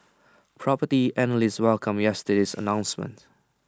Property Analysts welcomed yesterday's announcement